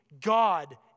God